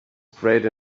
sprayed